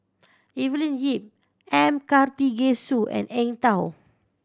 Evelyn Lip M Karthigesu and Eng Tow